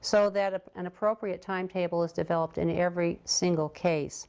so that an appropriate timetable is developed in every single case.